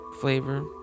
flavor